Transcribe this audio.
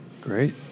Great